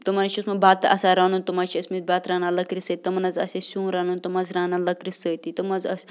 تِمَن حظ چھِ اوسمُت بَتہٕ آسان رَنُن تِم حظ ٲسۍمٕتۍ بَتہٕ رَنان لٔکرِ سۭتۍ تِمَن حظ آسہِ ہے سیُن رَنُن تِم ٲسۍ رَنَن لٔکرِ سۭتی تِم حظ ٲسۍ